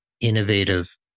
Innovative